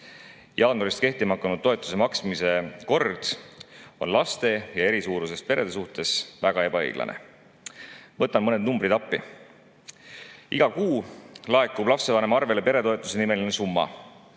Jaanuarist kehtima hakanud toetuse maksmise kord on laste ja eri suuruses perede suhtes väga ebaõiglane. Võtan mõned numbrid appi. Iga kuu laekub lapsevanema arvele peretoetusenimeline summa,